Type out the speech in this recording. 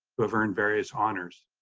who have earned various honors.